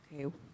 Okay